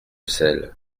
sel